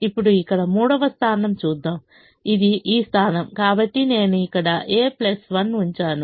ఇప్పుడు ఇక్కడ మూడవ స్థానం చూద్దాం ఇది ఈ స్థానం కాబట్టి నేను ఇక్కడ a 1 ఉంచాను